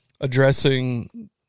addressing